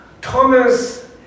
Thomas